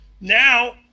Now